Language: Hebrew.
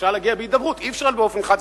אפשר להגיע בהידברות, אי-אפשר באופן חד-צדדי.